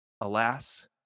Alas